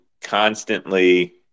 constantly